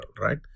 right